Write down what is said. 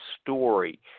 story